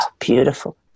beautiful